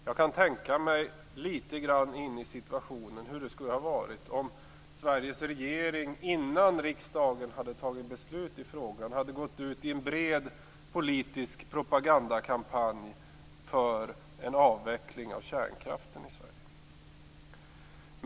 Jag kan litet grand tänka mig in i situationen om Sveriges regering innan riksdagen fattat beslut i frågan hade gått ut i en bred politisk propagandakampanj för en avveckling av kärnkraften i Sverige.